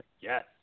Yes